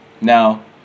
now